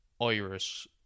irish